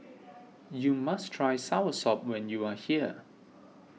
you must try Soursop when you are here